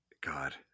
God